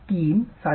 5 3 3